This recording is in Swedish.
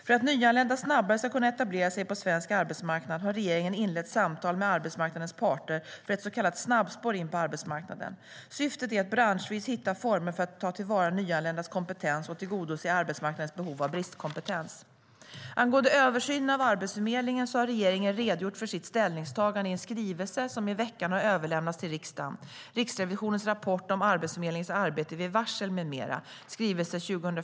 För att nyanlända snabbare ska kunna etablera sig på svensk arbetsmarknad har regeringen inlett samtal med arbetsmarknadens parter för ett så kallat snabbspår in på arbetsmarknaden. Syftet är att branschvis hitta former för att ta till vara nyanländas kompetens och tillgodose arbetsmarknadens behov av bristkompetens. Angående översynen av Arbetsförmedlingen har regeringen redogjort för sitt ställningstagande i en skrivelse som i veckan har överlämnats till riksdagen, Riksrevisionens rapport om Arbetsförmedlingens arbete vid varsel m.m. .